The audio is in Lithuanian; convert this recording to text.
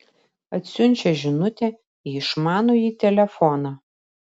atsiunčia žinutę į išmanųjį telefoną